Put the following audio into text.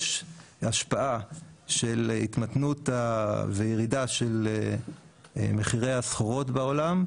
יש השפעה של ההתמתנות והירידה של מחירי הסחורות בעולם,